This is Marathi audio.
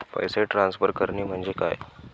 पैसे ट्रान्सफर करणे म्हणजे काय?